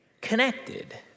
connected